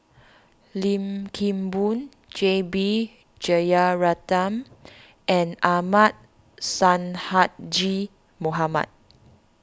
Lim Kim Boon J B Jeyaretnam and Ahmad Sonhadji Mohamad